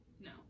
no